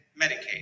Medicaid